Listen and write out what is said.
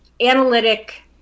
analytic